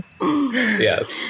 Yes